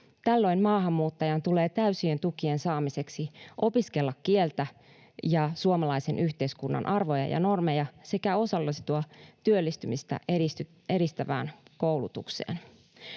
Tällöin maahanmuuttajan tulee täysien tukien saamiseksi opiskella kieltä ja suomalaisen yhteiskunnan arvoja ja normeja sekä osallistua työllistymistä edistävään koulutukseen.